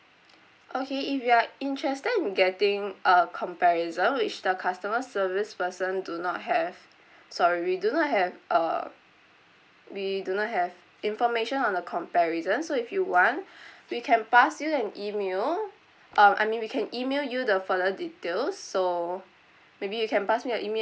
okay if you are interested in getting a comparison which the customer service person do not have sorry we do not have uh we do not have information on the comparison so if you want we can pass you an email uh I mean we can email you the further details so maybe you can pass me your email